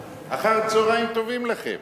אחר-צהריים טובים לכם.